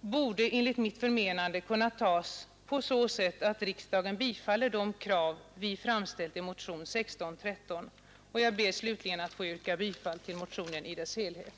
borde enligt mitt förmenande kunna tas på så sätt att riksdagen bifaller de krav vi framställt i motionen 1613. Jag ber slutligen att få yrka bifall till motionen i dess helhet.